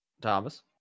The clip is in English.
Thomas